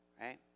right